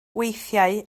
weithiau